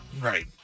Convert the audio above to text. Right